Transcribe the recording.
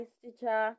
Stitcher